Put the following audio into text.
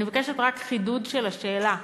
אני מבקשת רק חידוד של השאלה: